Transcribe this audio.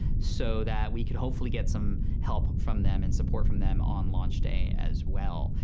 so that we could hopefully get some help from them and support from them on launch day as well.